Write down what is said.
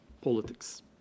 politics